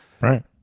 Right